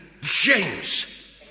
James